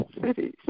cities